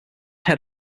head